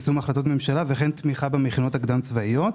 יישום החלטות ממשלה וכן תמיכה במכינות הקדם הצבאיות.